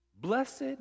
Blessed